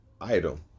item